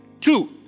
Two